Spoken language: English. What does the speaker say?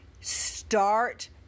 start